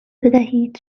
بدهید